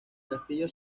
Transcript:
castillo